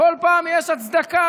בכל פעם יש הצדקה.